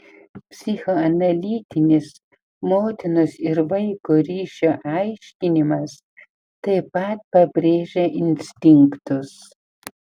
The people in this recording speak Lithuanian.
psichoanalitinis motinos ir vaiko ryšio aiškinimas taip pat pabrėžia instinktus